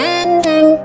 ending